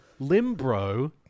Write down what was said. limbro